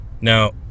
Now